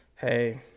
hey